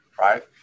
right